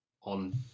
on